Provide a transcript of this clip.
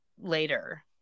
later